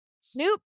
Snoop